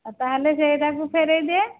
ଆଉ ତା'ହେଲେ ସେଇଟାକୁ ଫେରାଇଦେ